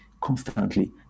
constantly